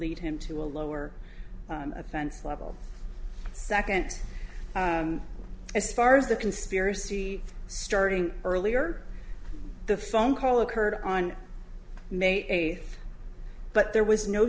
lead him to a lower offense level second as far as the conspiracy starting earlier the phone call occurred on may eighth but there was no